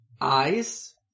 Eyes